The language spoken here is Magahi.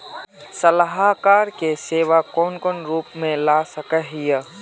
सलाहकार के सेवा कौन कौन रूप में ला सके हिये?